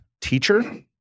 teacher